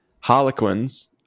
Harlequins